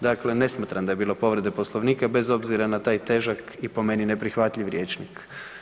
Dakle, ne smatram da je bilo povrede Poslovnika bez obzira na taj težak i po meni neprihvatljiv rječnik.